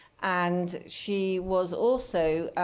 and she was also